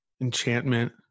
enchantment